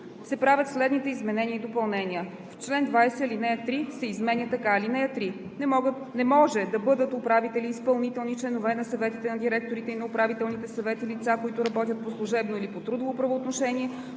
се правят следните изменения и допълнения: 1. В чл. 20 ал. 3 се изменя така: „(3) Не може да бъдат управители и изпълнителни членове на съветите на директорите и на управителните съвети лица, които работят по служебно или по трудово правоотношение,